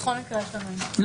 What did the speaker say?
בכל מקרה יש לנו אינטרס.